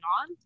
on